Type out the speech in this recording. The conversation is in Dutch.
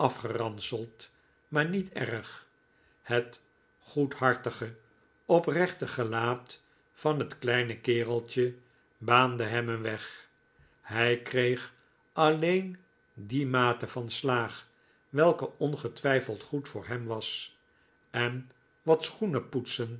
afgeranseld maar niet erg het goedhartige oprechte gelaat van het kleine kereltje baande hem een weg hij kreeg alleen die mate van slaag welke ongetwijfeld goed voor hem was en wat